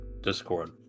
Discord